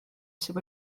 sydd